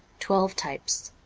twelve types